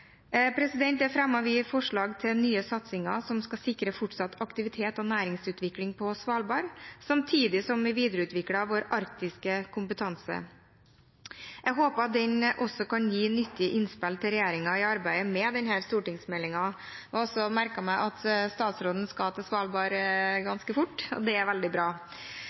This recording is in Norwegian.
Der fremmet vi forslag til nye satsinger som skal sikre fortsatt aktivitet og næringsutvikling på Svalbard, samtidig som vi videreutvikler vår arktiske kompetanse. Jeg håper den også kan gi nyttige innspill til regjeringen i arbeidet med denne stortingsmeldingen. Jeg har også merket meg at statsråden skal til Svalbard ganske snart, og det er veldig bra.